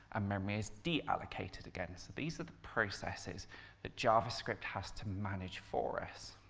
um memory is deallocated again. so these are the processes that javascript has to manage for us.